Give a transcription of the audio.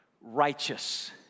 righteous